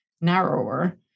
narrower